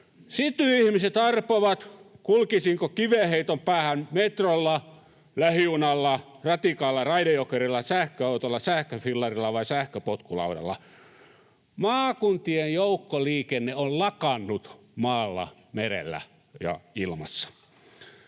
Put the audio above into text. Cityihmiset arpovat, kulkisinko kivenheiton päähän metrolla, lähijunalla, ratikalla, Raide-Jokerilla, sähköautolla, sähköfillarilla vai sähköpotkulaudalla. Maakuntien joukkoliikenne on lakannut maalla, merellä ja ilmassa.